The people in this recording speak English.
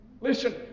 Listen